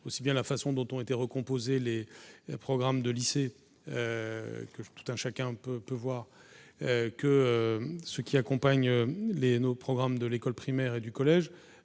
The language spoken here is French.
aussi bien la façon dont ont été recomposé les programmes de lycées que tout un chacun peut peut voir que ceux qui accompagne les nos programmes de l'école primaire et du collège